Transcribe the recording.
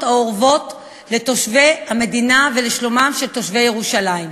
האורבות לתושבי המדינה ולשלומם של תושבי ירושלים,